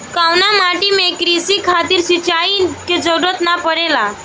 कउना माटी में क़ृषि खातिर सिंचाई क जरूरत ना पड़ेला?